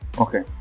okay